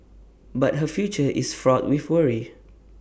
but her future is fraught with worry